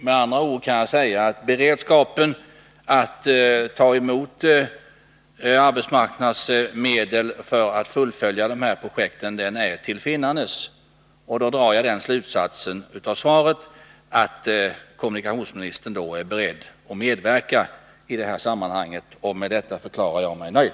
Med andra ord kan jag säga att beredskapen att ta emot arbetsmarknads 9” medel för att fullfölja de här projekten är till finnandes, och då drar jag den slutsatsen av svaret att kommunikationsministern är beredd att medverka i detta sammanhang. Med detta förklarar jag mig nöjd.